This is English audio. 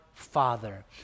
father